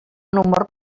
humor